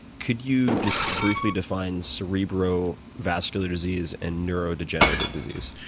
could you just briefly define cerebrovascular disease and neurodegenerative disease?